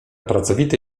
pracowity